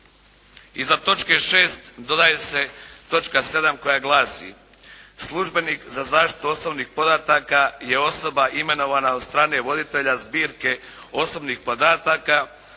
Iza točke 6. dodaje se točka 7. koja glasi: "Službenik za zaštitu osobnih podataka je osoba imenovana od strane voditelja zbirke osobnih podataka,